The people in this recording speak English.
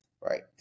right